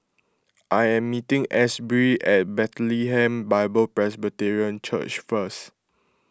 I am meeting Asberry at Bethlehem Bible Presbyterian Church first